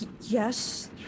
Yes